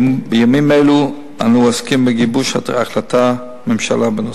בימים אלה אנו עוסקים בגיבוש החלטת ממשלה בנושא.